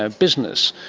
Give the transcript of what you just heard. ah business,